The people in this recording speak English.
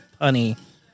punny